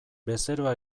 bezeroa